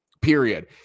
period